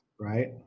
right